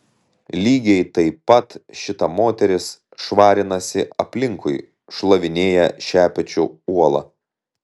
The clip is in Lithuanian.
lygiai taip pat šita moteris švarinasi aplinkui šlavinėja šepečiu uolą